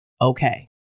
Okay